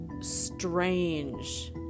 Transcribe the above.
strange